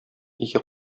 өйгә